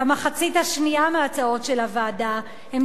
והמחצית השנייה של הצעות הוועדה הן